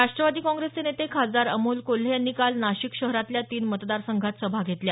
राष्ट्वादी काँग्रेसचे नेते खासदार अमोल कोल्हे यांनी काल नाशिक शहरातल्या तीन मतदारसंघात सभा घेतल्या